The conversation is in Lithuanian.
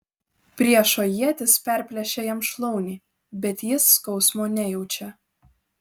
priešo ietis perplėšia jam šlaunį bet jis skausmo nejaučia